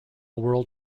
world